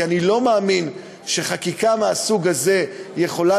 כי אני לא מאמין שחקיקה מהסוג הזה יכולה